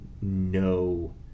no